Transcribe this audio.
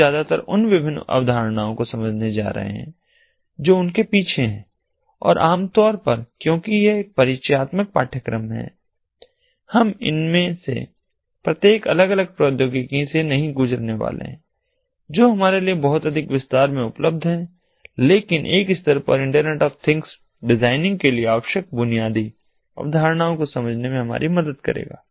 हम ज्यादातर उन विभिन्न अवधारणाओं को समझने जा रहे हैं जो उनके पीछे हैं और आमतौर पर क्योंकि यह एक परिचयात्मक पाठ्यक्रम है हम इनमें से प्रत्येक अलग अलग प्रौद्योगिकियों से नहीं गुजरने वाले हैं जो हमारे लिए बहुत अधिक विस्तार से उपलब्ध हैं लेकिन एक स्तर पर इंटरनेट ऑफ थिंग्स डिजाइनिंग के लिए आवश्यक बुनियादी अवधारणाओं को समझने में हमारी मदद करेगा